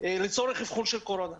לצורך אבחון קורונה.